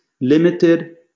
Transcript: limited